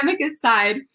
aside